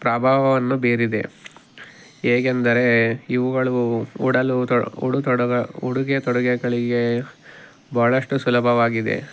ಪ್ರಭಾವವನ್ನು ಬೀರಿದೆ ಹೇಗೆಂದರೆ ಇವುಗಳು ಉಡಲು ತೊ ಉಡುತೊಡದ ಉಡುಗೆ ತೊಡುಗೆಗಳಿಗೆ ಭಾಳಷ್ಟು ಸುಲಭವಾಗಿದೆ